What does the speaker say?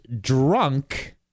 drunk